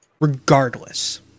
Regardless